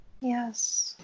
Yes